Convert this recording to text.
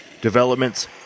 Developments